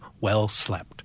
well-slept